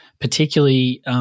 particularly